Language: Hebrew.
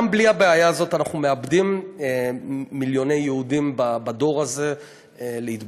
גם בלי הבעיה הזאת אנחנו מאבדים מיליוני יהודים בדור הזה להתבוללות.